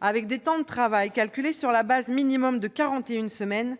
avec des temps de travail calculés sur la base minimale de 41 semaines,